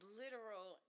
literal